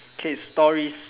okay stories